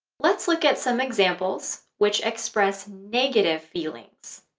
let's look at some examples which express negative feelings